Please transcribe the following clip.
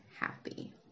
happy